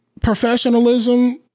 Professionalism